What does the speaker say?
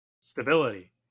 Stability